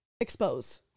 Expose